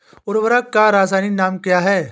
उर्वरक का रासायनिक नाम क्या है?